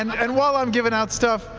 and while i'm giving out stuff,